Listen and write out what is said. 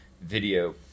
video